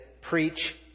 preach